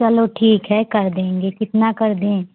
चलो ठीक है कर देंगे कितना कर दें